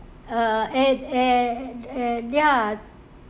uh eh eh and ya